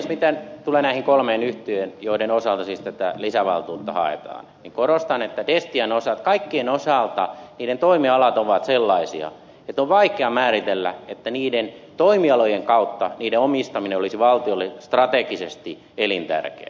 mitä tulee näihin kolmeen yhtiöön joiden osalta siis tätä lisävaltuutta haetaan niin korostan että destian osalta kaikkien osalta niiden toimialat ovat sellaisia että on vaikea määritellä että niiden toimialojen kautta niiden omistaminen olisi valtiolle strategisesti elintärkeää